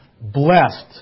blessed